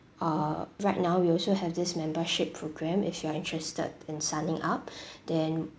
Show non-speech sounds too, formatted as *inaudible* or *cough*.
uh right now we also have this membership programme if you are interested in signing up *breath* then